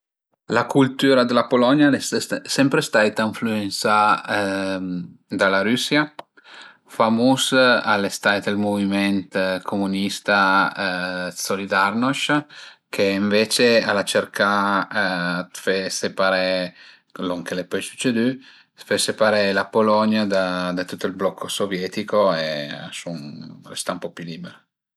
La cultüra d'la Polonia al e sempre staita ënflüensà da la Rüsia. Famus al e stait ël muviment comunista dë Solidarnosc che ënvece al a cercà dë fe separé lon ch'al e pöi sücedü, fe separé la Polonia da tüt ël blocco sovietico e a sun restà ën po pi liber